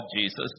Jesus